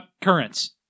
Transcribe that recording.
currents